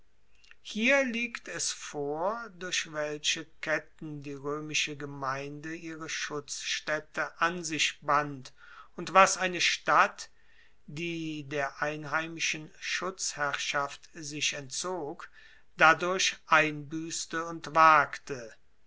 hier liegt es vor durch welche ketten die roemische gemeinde ihre schutzstaedte an sich band und was eine stadt die der einheimischen schutzherrschaft sich entzog dadurch einbuesste und wagte